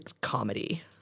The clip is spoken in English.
comedy